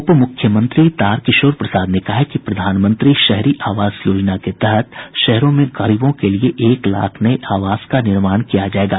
उप मुख्यमंत्री तारकिशोर प्रसाद ने कहा है कि प्रधानमंत्री शहरी आवास योजना के तहत शहरों में गरीबों के लिये एक लाख नये आवास का निर्माण किया जायेगा